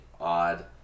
odd